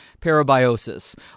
parabiosis